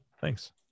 Thanks